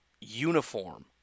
uniform